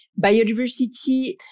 biodiversity